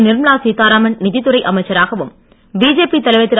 நிர்மலா சீத்தாராமன் நிதித்துறை அமைச்சராகவும் பிஜேபி தலைவர் திரு